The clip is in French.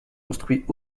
construits